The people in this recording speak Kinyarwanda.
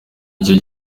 icyo